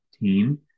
team